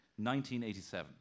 1987